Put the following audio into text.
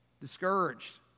discouraged